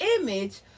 image